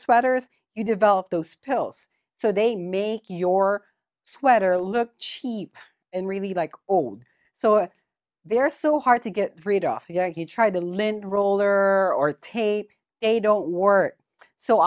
sweaters you develop those pills so they make your sweater look cheap and really like oh so they're so hard to get rid off yeah he tried to lint roller or tape they don't work so